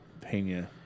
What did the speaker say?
Pena